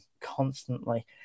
constantly